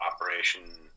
operation